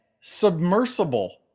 Submersible